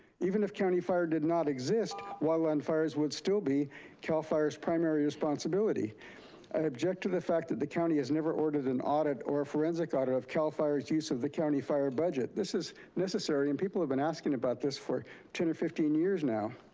even if county fire did not exist, wildland fires would still be cal fire's primary responsibility. i object to the fact that county has never ordered and audit or a forensic audit of cal fire's use of the county fire budget. this is necessary and people have been asking about this for ten or fifteen years now.